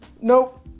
Nope